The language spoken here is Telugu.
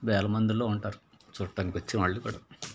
వెల మందిలో ఉంటారు చూడటానికి వచ్చిన వాళ్ళు కూడా